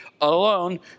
alone